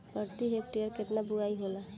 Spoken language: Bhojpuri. प्रति हेक्टेयर केतना बुआई होला?